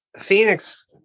Phoenix